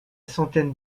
centaine